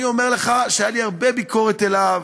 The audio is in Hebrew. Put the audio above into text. אני אומר לך שהייתה לי הרבה ביקורת עליו.